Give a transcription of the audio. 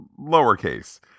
lowercase